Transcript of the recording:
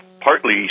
partly